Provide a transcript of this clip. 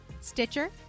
Stitcher